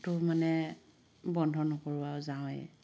টো মানে বন্ধ নকৰোঁ আৰু যাওঁৱেই